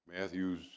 Matthew's